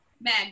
Meg